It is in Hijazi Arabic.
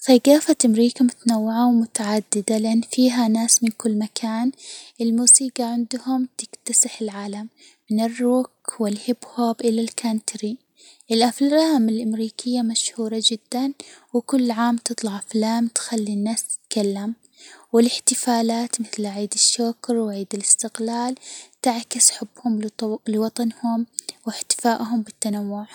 ثجافة أمريكا متنوعة، ومتعددة لأن فيها ناس من كل مكان، الموسيقى عندهم تكتسح العالم من الروك، و الهيب هوب إلى الكانتري، الأفلام الأمريكية مشهورة جدًا، وكل عام تطلع أفلام تخلي الناس تتكلم، والاحتفالات مثل عيد الشكر، وعيد الاستقلال تعكس حبهم لطو لوطنهم، واحتفائهم بالتنوع.